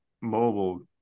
mobile